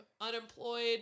Unemployed